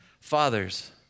Fathers